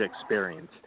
experience